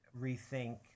rethink